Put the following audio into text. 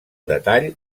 detall